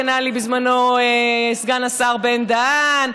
ענה לי בזמנו סגן השר בן-דהן,